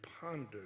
pondered